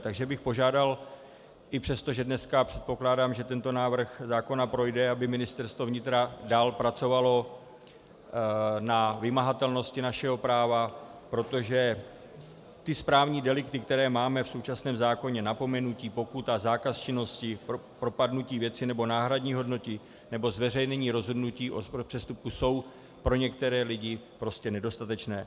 Takže bych požádal i přesto, že dneska předpokládám, že tento návrh zákona projde, aby Ministerstvo vnitra dál pracovalo na vymahatelnosti našeho práva, protože správní delikty, které máme v současném zákoně napomenutí, pokuta, zákaz činnosti, propadnutí věci nebo náhradní hodnoty nebo zveřejnění rozhodnutí o přestupku jsou pro některé lidi nedostatečné.